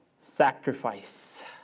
sacrifice